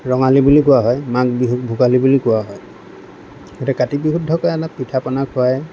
ৰঙালী বুলি কোৱা হয় মাঘ বিহুক ভোগালী বুলি কোৱা হয় গতিকে কাতি বিহুত ধৰক এনেই পিঠা পনা খোৱায়